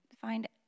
find